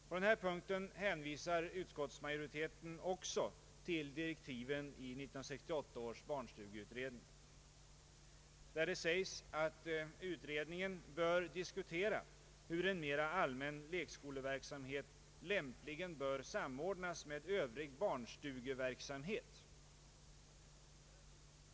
På denna punkt hänvisar utskottsmajoriteten också till direktiven i 1968 års barnstugeutredning, där det sägs att utredningen bör diskutera hur en mera allmän lekskoleverksamhet lämpligen bör samordnas med övrig barnstugeverksamhet.